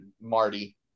Marty